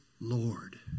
Lord